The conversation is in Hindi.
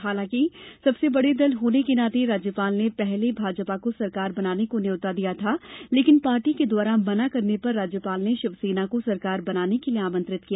हालांकि सबसे बड़े दल होने के नाते राज्यपाल ने पहले भाजपा को सरकार बनाने को न्यौता दिया था लेकिन पार्टी के द्वारा मना करने पर राज्यपाल ने शिवसेना को सरकार बनाने के लिए आमंत्रित किया